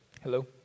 Hello